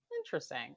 Interesting